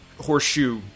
horseshoe